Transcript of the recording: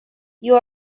you